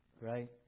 right